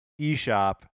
eShop